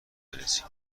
برسید